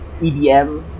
EDM